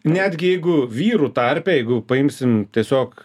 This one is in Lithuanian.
netgi jeigu vyrų tarpe jeigu paimsim tiesiog